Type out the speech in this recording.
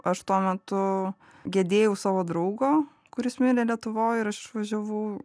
aš tuo metu gedėjau savo draugo kuris mirė lietuvoj ir aš išvažiavau